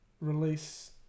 Release